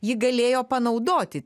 ji galėjo panaudoti